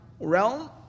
realm